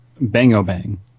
bang-o-bang